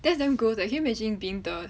that's damn gross leh can you imagine being the